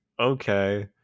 okay